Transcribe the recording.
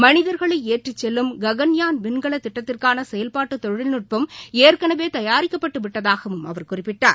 மனிதர்களைஏற்றிச் செல்லும் ககன்யான் விண்கலதிட்டத்திற்கானசெயல்பாட்டுதொழில்நுட்பம் ஏற்கனவேதயாரிக்கப்பட்டுவிட்டதாகவும் அவர் குறிப்பிட்டார்